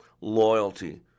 Loyalty